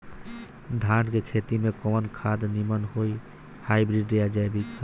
धान के खेती में कवन खाद नीमन होई हाइब्रिड या जैविक खाद?